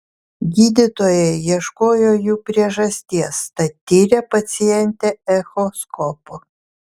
gydytojai ieškojo jų priežasties tad tyrė pacientę echoskopu